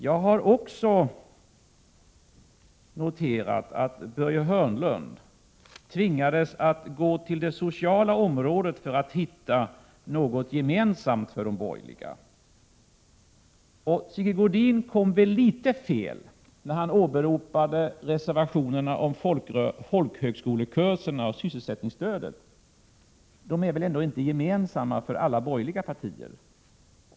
Jag har också noterat att Börje Hörnlund tvingades att gå till det sociala området för att hitta något som är gemensamt för de borgerliga partierna. Sigge Godin kom väl litet fel när han åberopade reservationerna om folkhögskolekurserna och sysselsättningsstödet, de är väl ändå inte gemensamma för alla borgerliga parter.